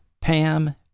Pam